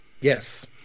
Yes